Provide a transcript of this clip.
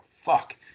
fuck